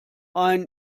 ein